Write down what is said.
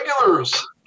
regulars